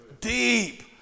deep